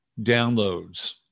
downloads